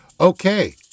Okay